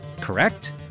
correct